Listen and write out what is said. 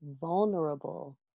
vulnerable